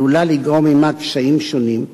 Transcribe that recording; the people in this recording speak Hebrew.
עלולה לגרור עמה קשיים שונים,